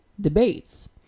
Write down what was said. debates